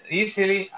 easily